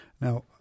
Now